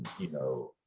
you know,